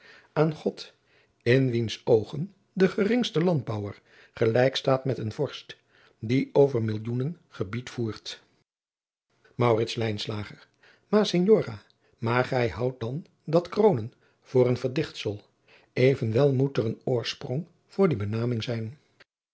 aan god in wiens oogen de geringste landbouwer gelijk staat met een vorst die over millioenen gebied voert maurits lijnslager maar signora gij houdt dan dat kroonen voor een verdichtsel evenwel moet er een oorsprong voor die benaming zijn